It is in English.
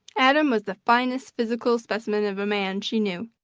adam was the finest physical specimen of a man she knew.